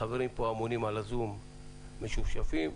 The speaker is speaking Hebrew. החברים שאמונים פה על ה"זום" משופשפים,